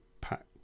pack